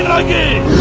again,